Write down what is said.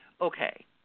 okay